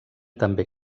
també